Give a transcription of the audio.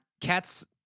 Cats